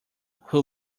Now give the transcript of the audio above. who